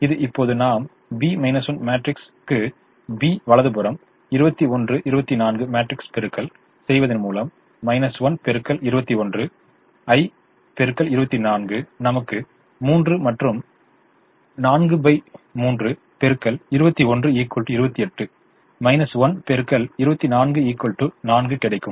இது இப்போது நாம் B 1 மேட்ரிக்ஸ் B 1 க்கு B வலது புறம் 21 24 மேட்ரிக்ஸ் பெருக்கல் செய்வதின் மூலம் நமக்கு 3 மற்றும் 43 x 21 28 4 கிடைக்கும்